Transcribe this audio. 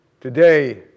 Today